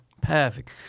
perfect